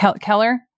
Keller